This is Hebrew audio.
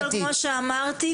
כמו שאמרתי,